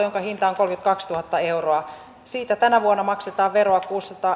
jonka hinta on kolmekymmentäkaksituhatta euroa tänä vuonna maksetaan veroa